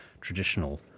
traditional